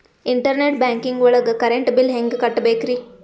Internet banking ಒಳಗ್ current bill ಹೆಂಗ್ ಕಟ್ಟ್ ಬೇಕ್ರಿ?